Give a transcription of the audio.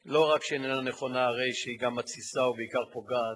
לא רק שאיננה נכונה, היא גם מתסיסה ובעיקר פוגעת